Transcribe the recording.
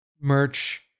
merch